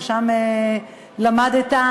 שם למדת,